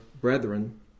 brethren